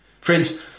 Friends